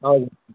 हजुर